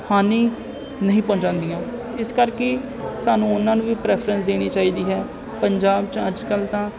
ਹਾਨੀ ਨਹੀਂ ਪਹੁੰਚਾਉਂਦੀਆਂ ਇਸ ਕਰਕੇ ਸਾਨੂੰ ਉਹਨਾਂ ਨੂੰ ਵੀ ਪ੍ਰੈਫਰੈਂਸ ਦੇਣੀ ਚਾਹੀਦੀ ਹੈ ਪੰਜਾਬ 'ਚ ਅੱਜ ਕੱਲ੍ਹ ਤਾਂ